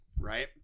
right